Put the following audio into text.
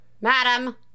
madam